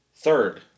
third